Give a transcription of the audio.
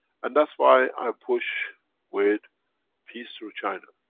and that's why i push with peace through china.